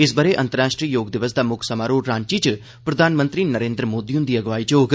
इस ब'रे अंतर्राष्ट्री योग दिवस दा मुक्ख समारोह रांची च प्रधानमंत्री नरेन्द्र मोदी हुंदी अगुवाई च होग